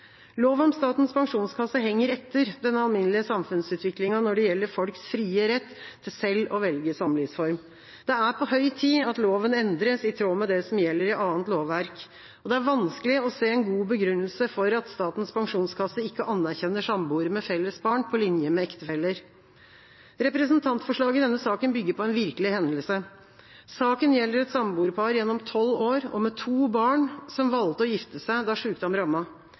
Lov om Statens pensjonskasse henger etter den alminnelige samfunnsutviklinga når det gjelder folks frie rett til selv å velge samlivsform. Det er på høy tid at loven endres i tråd med det som gjelder i annet lovverk. Det er vanskelig å se en god begrunnelse for at Statens pensjonskasse ikke anerkjenner samboere med felles barn på linje med ektefeller. Representantforslaget i denne saken bygger på en virkelig hendelse. Saken gjelder et samboerpar gjennom tolv år, med to barn, som valgte å gifte seg da